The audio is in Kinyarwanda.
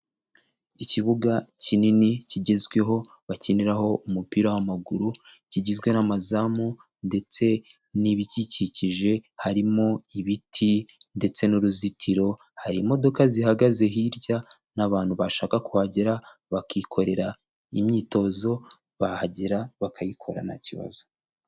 Ikibuga kinini kigezweho bakiniraho umupira w'amaguru, kigizwe n'amazamu ndetse n'ibigikikije harimo ibiti ndetse n'uruzitiro, hari imodoka zihagaze hirya n'abantu bashaka kuhagera bakikorera imyitozo, bahagera bakayikora nta kibazo.